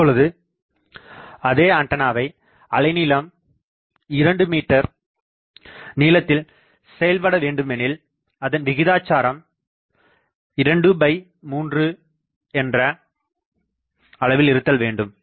இப்பொழுது அதே ஆண்டனாவை அலைநீளம் 2 m நீளத்தில் செயல்பட வேண்டும் எனில் அதன் விகிதாச்சாரம் ⅔ என இருத்தல் வேண்டும்